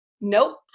Nope